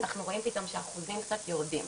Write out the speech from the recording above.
אנחנו רואים פתאום שהאחוזים קצת יורדים.